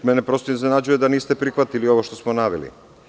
Mene prosto iznenađuje da niste prihvatili ovo što smo naveli.